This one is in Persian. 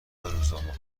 روزنامه